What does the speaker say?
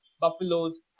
buffaloes